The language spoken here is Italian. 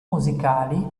musicali